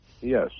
Yes